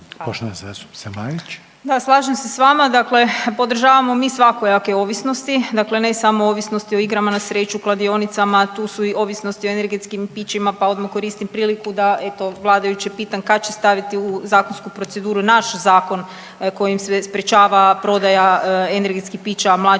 **Marić, Andreja (SDP)** Da, slažem se s vama. Dakle podržavamo mi svakojake ovisnosti, dakle ne samo ovisnosti o igrama na sreću, kladionicama, tu su i ovisnosti o energetskim pićima pa odmah koristim priliku da eto, vladajuće pitam kad će staviti u zakonsku proceduru naš zakon kojim se sprječava prodaja energetskih pića mlađima